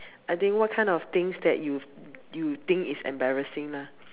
I think what kind of things that you you think is embarrassing lah